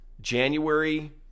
January